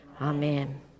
Amen